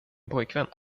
pojkvän